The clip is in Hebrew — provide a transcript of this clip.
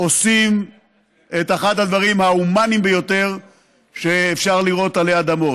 עושים את אחד הדברים ההומניים ביותר שאפשר לראות עלי אדמות,